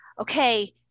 okay